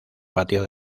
patio